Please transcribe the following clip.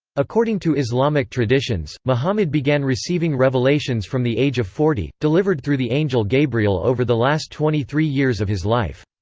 according to islamic traditions, muhammad began receiving revelations from the of forty, delivered through the angel gabriel over the last twenty three years of his life.